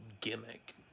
gimmick